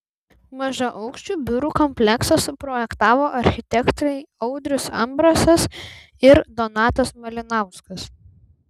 mažaaukščių biurų kompleksą suprojektavo architektai audrius ambrasas ir donatas malinauskas